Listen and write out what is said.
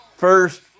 First